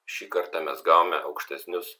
šį kartą mes gavome aukštesnius